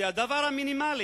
זה הדבר המינימלי.